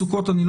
סוכות.